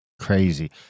Crazy